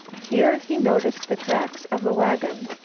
here he noticed the tracks of a wagon,